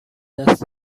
دست